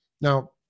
Now